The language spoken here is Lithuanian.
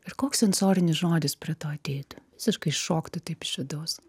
ir koks sensorinis žodis prie to ateitų visiškai šoktų taip iš vidaus